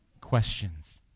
questions